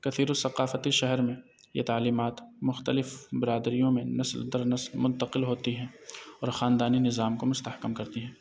کثیر الثقافتی شہر میں یہ تعلیمات مختلف برادریوں میں نسل در نسل منتقل ہوتی ہیں اور خاندانی نظام کو مستحکم کرتی ہیں